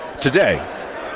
today